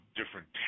different